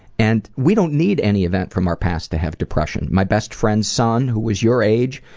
and we don't need any event from our past to have depression. my best friends' son, who is your age,